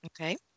Okay